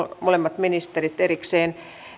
molemmat ministerit erikseen